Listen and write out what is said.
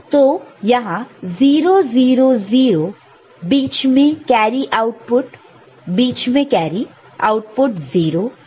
तो यहां 0 0 0 बीच में कैरी आउटपुट 0 और सम भी 0 है